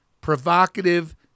provocative